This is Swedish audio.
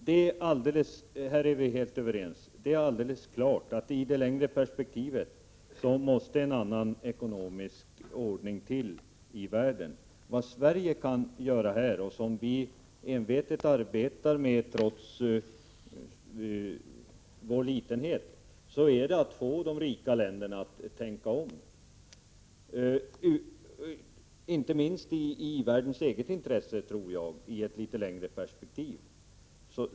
Herr talman! Först till Inga Lantz: Här är vi helt överens. Det är alldeles klart att i det längre perspektivet måste en annan ekonomisk ordning till i världen. Vad Sverige kan göra, och som vi envetet arbetar med trots vår litenhet, är att försöka få de rika länderna att tänka om. Det tror jag ligger inte minst i i-världens intresse i ett längre perspektiv.